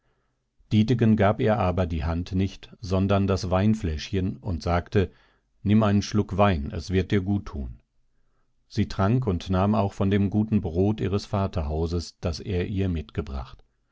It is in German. dietegen gab ihr aber die hand nicht sondern das weinfläschchen und sagte nimm einen schluck wein es wird dir gut tun sie trank und nahm auch von dem guten brot ihres vaterhauses das er ihr gebracht